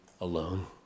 alone